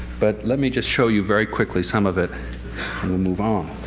but let me just show you very quickly some of it, and we'll move on.